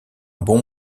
bon